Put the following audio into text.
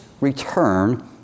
return